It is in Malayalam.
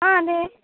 ആ അതേ